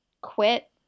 quit